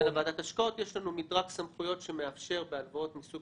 כמעט כל הלוואה מגיעה לוועדת השקעות.